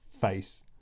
face